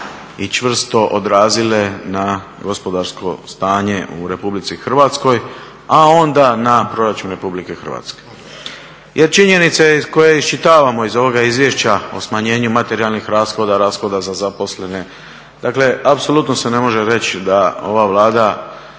i čvrsto odrazile na gospodarsko stanje u Republici Hrvatskoj, a onda na proračun Republike Hrvatske. Jer činjenice koje iščitavamo iz ovoga izvješća o smanjenju materijalnih rashoda, rashoda za zaposleno, dakle apsolutno se ne može reći da ova Vlada